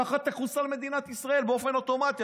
כך תחוסל מדינת ישראל באופן אוטומטי.